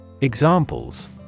Examples